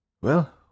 Well